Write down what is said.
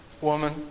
Woman